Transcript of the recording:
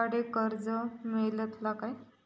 गाडयेक कर्ज मेलतला काय?